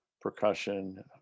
percussion